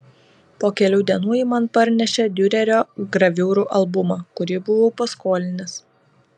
po kelių dienų ji man parnešė diurerio graviūrų albumą kurį buvau paskolinęs